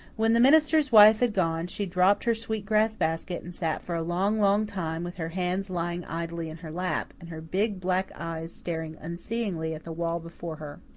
when the minister's wife had gone, she dropped her sweetgrass basket and sat for a long, long time with her hands lying idly in her lap, and her big black eyes staring unseeingly at the wall before her.